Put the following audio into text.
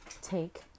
take